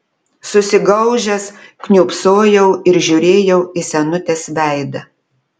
susigaužęs kniūbsojau ir žiūrėjau į senutės veidą